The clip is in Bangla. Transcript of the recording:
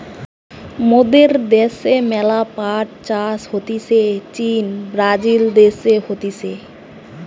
মোদের দ্যাশে ম্যালা পাট চাষ হতিছে চীন, ব্রাজিল দেশে হতিছে